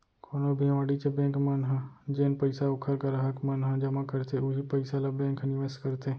कोनो भी वाणिज्य बेंक मन ह जेन पइसा ओखर गराहक मन ह जमा करथे उहीं पइसा ल बेंक ह निवेस करथे